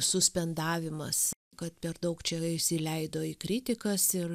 suspendavimas kad per daug čia įsileido į kritikas ir